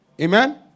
Amen